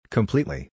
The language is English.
Completely